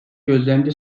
gözlemci